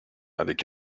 avec